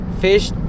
fish